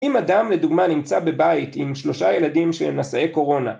אם אדם, לדוגמה, נמצא בבית עם שלושה ילדים שנשאי קורונה